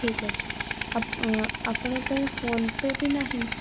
ଠିକ୍ ଅଛି ଆପ ଆପଣଙ୍କ ପାଖେ ଫୋନପେ ବି ନାହିଁ